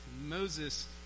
Moses